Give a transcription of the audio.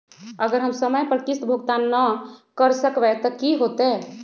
अगर हम समय पर किस्त भुकतान न कर सकवै त की होतै?